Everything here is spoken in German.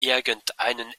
irgendeinen